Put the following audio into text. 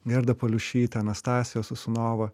gerda paliušytė anastasija sosunova